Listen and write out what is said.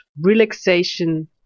relaxation